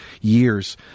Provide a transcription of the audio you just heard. years